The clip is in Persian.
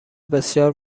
بسیار